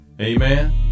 Amen